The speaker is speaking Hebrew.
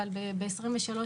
אבל בשנת 2023,